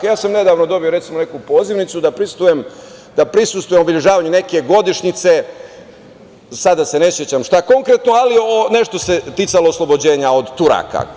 Nedavno sam dobio neku pozivnicu da prisustvujem obeležavanju neke godišnjice, sada ne sećam šta konkretno, nešto se ticalo oslobođenja od Turaka.